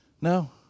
No